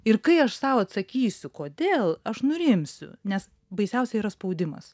ir kai aš sau atsakysiu kodėl aš nurimsiu nes baisiausia yra spaudimas